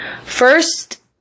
First